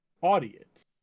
audience